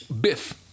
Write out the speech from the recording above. biff